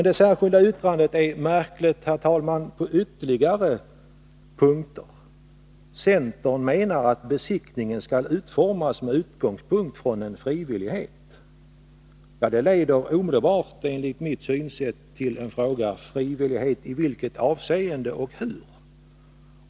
Det särskilda yttrandet är märkligt på ytterligare sätt, herr talman. Centern menar att besiktningen skulle utformas med utgångspunkt i en frivillighet. Det leder enligt mitt synsätt omedelbart till en fråga: Frivillighet i vilket avseende och hur?